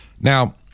Now